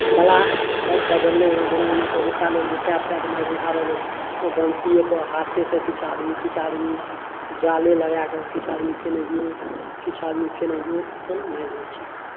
कलासभ बदललै हेँ जेना जेना पहिलुका लोक ट्रैप कए कऽ मारै छलखिन आबक लोक ओ बंशीएपर हाथेसँ किछु आदमी किछु आदमी जाले लगाए कऽ किछु आदमी केनहिओ किछु आदमी केनहिओ अपन मारि लै छथि